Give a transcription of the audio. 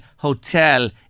Hotel